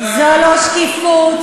אלון ליאל הוא אנטי-דמוקרטי,